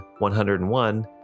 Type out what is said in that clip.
101